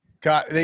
got